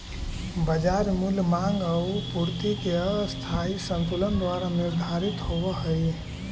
बाजार मूल्य माँग आउ पूर्ति के अस्थायी संतुलन द्वारा निर्धारित होवऽ हइ